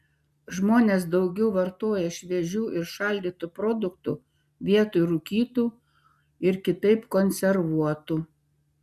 žmonės daugiau vartoja šviežių ir šaldytų produktų vietoj rūkytų ir kitaip konservuotų